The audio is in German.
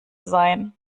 sein